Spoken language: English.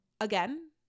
again